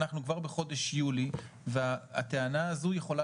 אנחנו כבר בחודש יולי והטענה הזו יכולה